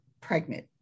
pregnant